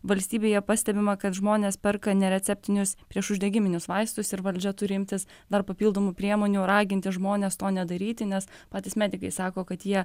valstybėje pastebima kad žmonės perka nereceptinius priešuždegiminius vaistus ir valdžia turi imtis dar papildomų priemonių raginti žmones to nedaryti nes patys medikai sako kad jie